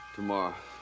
Tomorrow